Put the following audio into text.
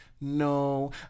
No